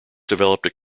developed